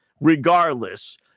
regardless